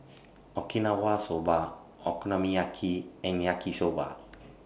Okinawa Soba Okonomiyaki and Yaki Soba